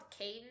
Caden